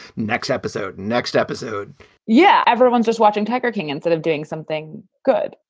next episode. next episode yeah. everyone's just watching tiger king instead of doing something good.